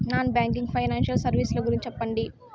Non banking financial services ల గురించి సెప్పండి?